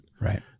Right